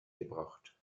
gebracht